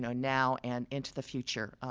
now and into the future.